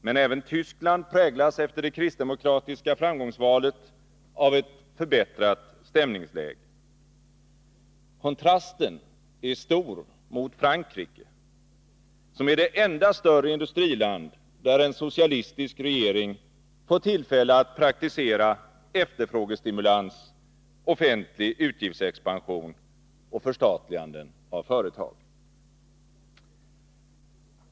Men även Tyskland präglas efter det kristdemokratiska framgångsvalet av ett förbättrat stämningsläge. Kontrasten är stor mot Frankrike, som är det enda större industriland där en socialistisk regering fått tillfälle att praktisera efterfrågestimulans, offentlig utgiftsexpansion och förstatliganden av företag.